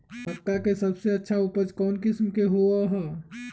मक्का के सबसे अच्छा उपज कौन किस्म के होअ ह?